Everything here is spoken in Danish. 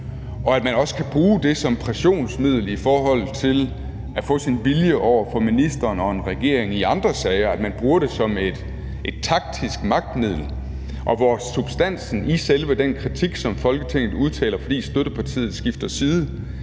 og at man også kan bruge det som pressionsmiddel i forhold til at få sin vilje over for ministeren og en regering i andre sager, at man bruger det som et taktisk magtmiddel, og hvor substansen i selve den kritik, som Folketinget udtaler, fordi støttepartiet skifter side,